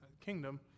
kingdom